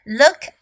look